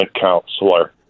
counselor